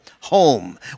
Home